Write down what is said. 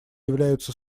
являются